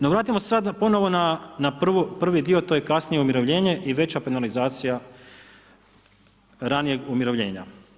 No, vratimo se sad ponovo na prvi dio, to je kasnije umirovljenje i veća penalizacija ranijeg umirovljenja.